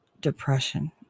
depression